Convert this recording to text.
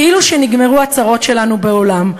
כאילו שנגמרו הצרות שלנו בעולם.